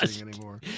anymore